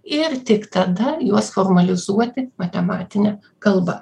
ir tik tada juos formalizuoti matematine kalba